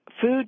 food